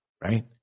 right